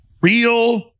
real